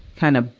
kind of,